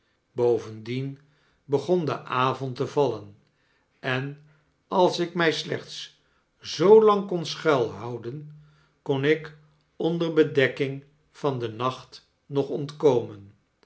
bovendien begon de avond te vallen en als ik my slechts zoo lang kon schuilhouden kon ik onder bedekking van den nacht nog ontkomen